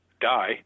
die